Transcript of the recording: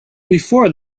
before